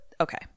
okay